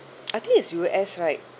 I think it's U_S right